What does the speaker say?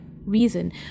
reason